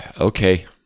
Okay